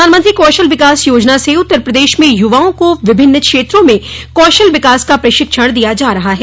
प्रधानमंत्री कौशल विकास योजना से उत्तर प्रदेश में युवाओं को विभिन्न क्षेत्रों में कौशल विकास का प्रशिक्षण दिया जा रहा है